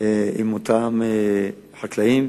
עם אותם חקלאים.